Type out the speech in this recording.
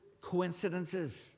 coincidences